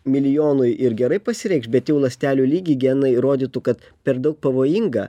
milijonui ir gerai pasireikš bet jau ląstelių lygy genai rodytų kad per daug pavojinga